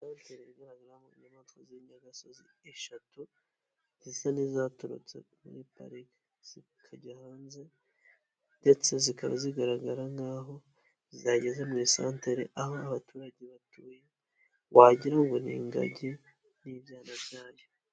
Inyamaswa z'inyayagasozi eshatu zisa n'izaturutse muri pariki, zikajya hanze ndetse zikaba zigaragara nk'aho zageze mu isantere, aho abaturage batuye wagira ngo ngo ni ingagi n'ibyana byayo.